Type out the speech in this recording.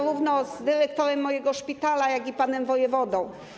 Zarówno z dyrektorem mojego szpitala, jak i panem wojewodą.